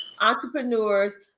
entrepreneurs